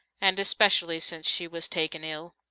and especially since she was taken ill.